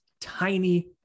tiny